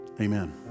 Amen